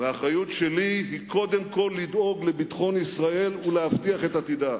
והאחריות שלי היא קודם כול לדאוג לביטחון ישראל ולהבטיח את עתידה.